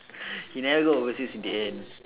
he never go overseas in the end